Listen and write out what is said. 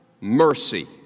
mercy